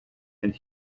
and